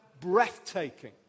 breathtaking